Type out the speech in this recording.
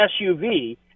SUV